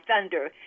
thunder